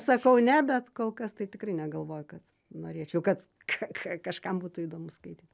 sakau ne bet kol kas tai tikrai negalvoju kad norėčiau kad ka ka kažkam būtų įdomu skaityt